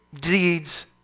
deeds